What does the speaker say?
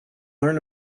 learn